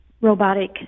robotic